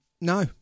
No